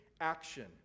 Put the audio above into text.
action